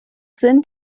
sind